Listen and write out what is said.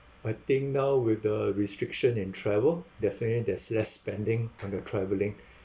I think now with the restriction in travel definitely there's less spending on your travelling